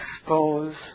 expose